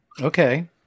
Okay